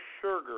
sugar